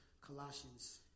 Colossians